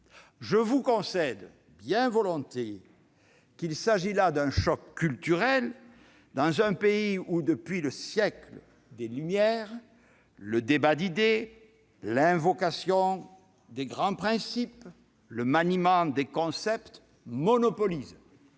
Je vous le concède volontiers : il s'agit là d'un choc culturel dans un pays où, depuis le siècle des Lumières, le débat d'idées, l'invocation des grands principes et le maniement des concepts monopolisent